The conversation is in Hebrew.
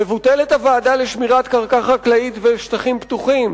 מבוטלת הוועדה לשמירת קרקע חקלאית ושטחים פתוחים